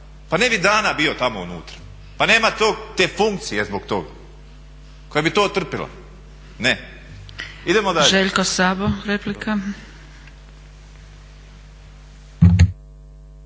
Pa ne bi dana bio tamo unutra, pa nema te funkcije zbog toga koja bi to otrpjela. Idemo dalje.